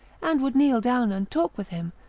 and would kneel down and talk with him,